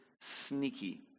sneaky